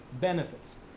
benefits